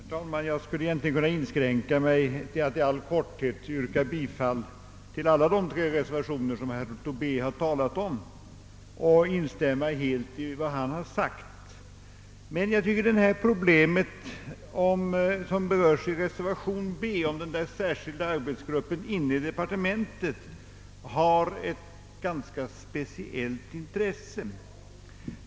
Herr talman! Jag skulle egentligen kunna inskränka mig till att i all korthet yrka bifall till alla de tre reservationer som herr Tobé har talat om och in stämma i allt vad han har sagt. Men jag anser att det problem som berörs i reservationen b om den särskilda arbetsgruppen i departementet har ett ganska speciellt intresse.